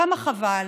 כמה חבל